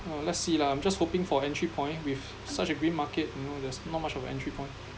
uh let's see lah I'm just hoping for an entry point with such a green market you know there's not much of a entry point